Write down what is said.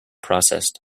processed